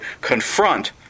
confront